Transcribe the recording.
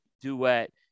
duet